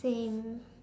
same